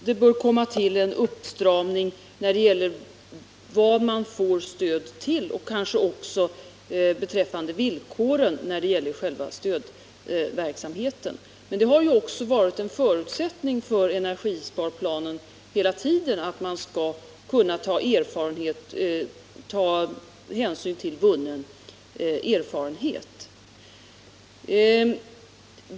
Herr talman! Det är helt klart att det bör komma till en uppstramning när det gäller vad man får stöd till och kanske också beträffande villkoren för själva stödverksamheten. Men det har hela tiden varit en förutsättning för energisparplanen att man skulle kunna ta hänsyn till vunnen erfarenhet.